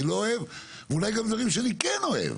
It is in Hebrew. לא אוהב ואולי גם דברים שאני כן אוהב.